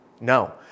No